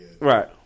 Right